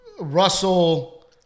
Russell